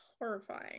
horrifying